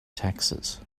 taxes